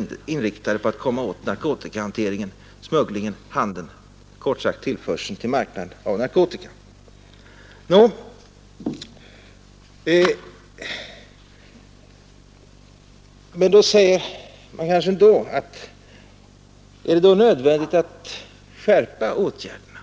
Vid sidan av upplysningen är det också nödvändigt med åtgärder inriktade på att komma åt smuggligen och handeln med narkotika. Nå, men nu säger man kanske ändå: Är det nödvändigt att skärpa åtgärderna?